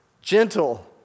gentle